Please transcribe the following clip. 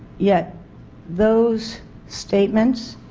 yet those statements,